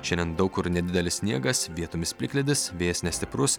šiandien daug kur nedidelis sniegas vietomis plikledis vėjas nestiprus